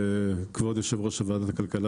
כבוד יושב ראש ועדת הכלכלה,